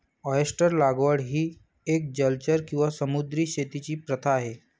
oyster लागवड ही एक जलचर किंवा समुद्री शेतीची प्रथा आहे